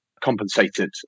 compensated